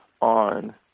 on